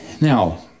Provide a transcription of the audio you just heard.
Now